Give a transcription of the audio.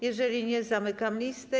Jeżeli nie, zamykam listę.